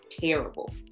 terrible